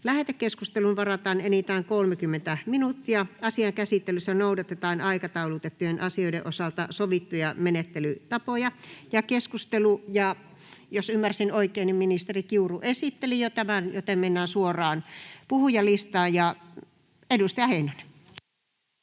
Lähetekeskusteluun varataan enintään 30 minuuttia. Asian käsittelyssä noudatetaan aikataulutettujen asioiden osalta sovittuja menettelytapoja. Jos ymmärsin oikein, niin ministeri Kiuru esitteli jo tämän, joten mennään suoraan puhujalistaan. Edustaja Heinonen.